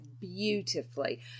beautifully